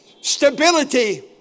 Stability